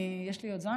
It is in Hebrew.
יש לי עוד זמן,